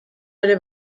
ere